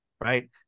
right